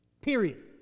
Period